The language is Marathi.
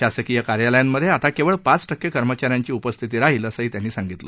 शासकीय कार्यालयात आता केवळ पाच टक्के कर्मचा यांची उपस्थिती राहील असंही त्यांनी सांगितलं